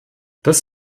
das